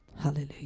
Hallelujah